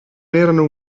erano